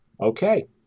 Okay